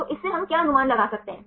तो इससे हम क्या अनुमान लगा सकते हैं